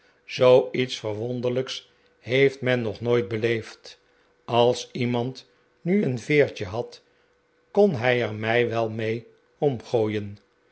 zooiets verwonderlijks heeft men nog nooit beleefd als iemand nu een veertje had kon hij er mij wel mee omgooien